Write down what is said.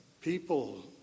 people